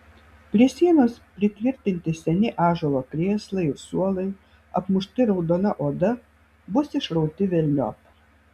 prie sienos pritvirtinti seni ąžuolo krėslai ir suolai apmušti raudona oda bus išrauti velniop